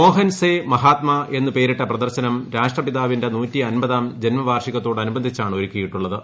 മോഹൻ സെ മഹാത്മ എന്ന് പേരിട്ട പ്രദർശനം രാഷ്ട്രപിതാവിന്റെ ജന്മവാർഷികത്തോടനുബന്ധിച്ചാണ് ഒരുക്കിയിട്ടുള്ളത്